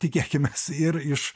tikėkimės ir iš